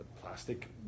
plastic